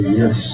yes